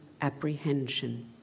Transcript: apprehension